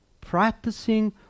practicing